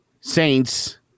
Saints